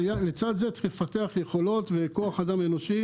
אבל לצד זה צריך לפתח יכולות וכוח אדם אנושי